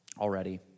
already